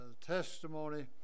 testimony